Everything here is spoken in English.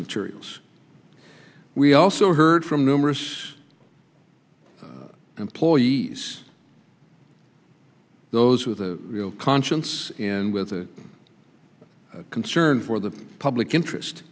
materials we also heard from numerous employees those with a conscience and with a concern for the public interest